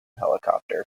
helicopter